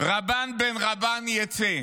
"רבן בן רבן יצא".